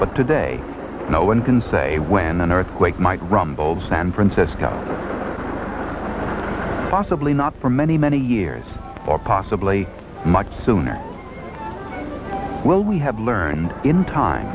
but today no one can say when an earthquake might rumbled san francisco possibly not for many many years or possibly much sooner well we have learned in time